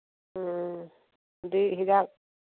ꯎꯝ ꯑꯗꯨ ꯍꯤꯗꯥꯛ